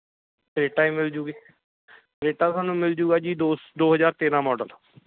Creta ਵੀ ਮਿਲ ਜੂਗੀ ਕਰੇਟਾ ਤੁਹਾਨੂੰ ਮਿਲ ਜੂਗਾ ਜੀ ਦੋ ਦੋ ਹਜ਼ਾਰ ਤੇਰ੍ਹਾਂ ਮਾਡਲ